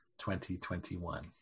2021